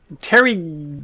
Terry